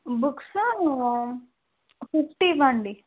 books fifty ఇవ్వండి